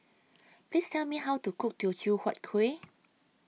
Please Tell Me How to Cook Teochew Huat Kuih